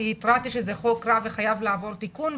כי התרעתי שזה חוק רע וחייב לעבור תיקון.